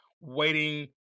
waiting